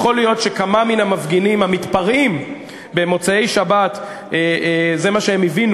זוהי הסתה של ציבור